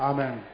Amen